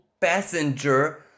passenger